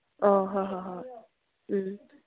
ꯑꯣ ꯍꯣꯏ ꯍꯣꯏ ꯍꯣꯏ ꯎꯝ